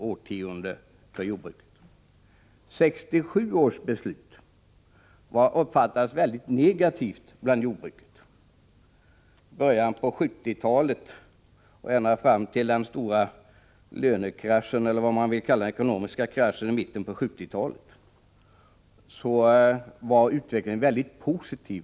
1967 års beslut uppfattades av jordbrukarna som mycket negativt. I början av 1970-talet och ända fram till den ekonomiska kraschen i mitten av 1970-talet var utvecklingen för jordbruket mycket positiv.